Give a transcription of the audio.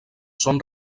són